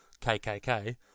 KKK